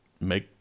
make